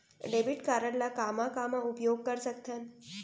Debit card ला कामा कामा उपयोग कर सकथन?